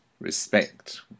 Respect